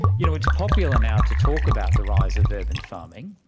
you know, it's popular now to talk about the rise of urban farming,